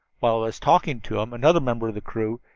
while i was talking to him another member of the crew,